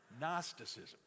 Gnosticism